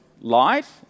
light